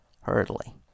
hurriedly